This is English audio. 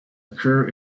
occur